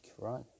right